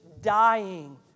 dying